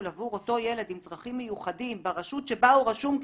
עבור אותו ילד עם צרכים מיוחדים ברשות שבה הוא רשום כמתגורר,